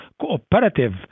cooperative